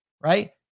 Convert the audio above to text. right